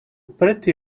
pretty